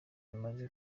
imaze